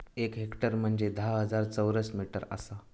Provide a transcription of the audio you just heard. एक हेक्टर म्हंजे धा हजार चौरस मीटर आसा